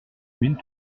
mille